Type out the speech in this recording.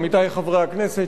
עמיתי חברי הכנסת,